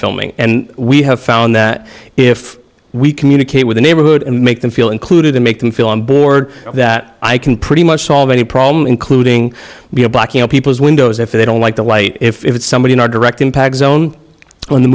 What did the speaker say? filming and we have found that if we communicate with the neighborhood and make them feel included and make them feel on board that i can pretty much solve any problem including be a blocking of people's windows if they don't like the light if it's somebody in our direct impact zone in the